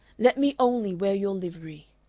let me only wear your livery.